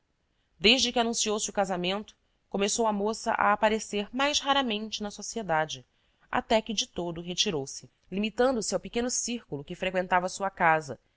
desde que anunciou se o casamento começou a moça a aparecer mais raramente na sociedade até que de todo retirou-se limitando-se ao pequeno círculo que freqüentava sua casa